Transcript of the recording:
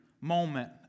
moment